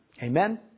Amen